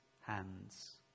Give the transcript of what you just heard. hands